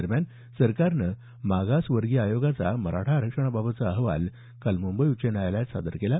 दरम्यान सरकारनं मागासवर्गीय आयोगाचा मराठा आरक्षणाबाबतचा अहवाल काल मुंबई उच्च न्यायालयात सादर केला